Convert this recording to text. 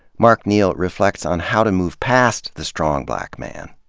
mark neal reflects on how to move past the strong black man,